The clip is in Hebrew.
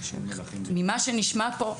ממה שנשמע פה,